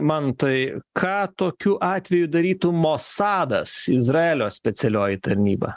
mantai ką tokiu atveju darytų mosadas izraelio specialioji tarnyba